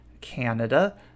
Canada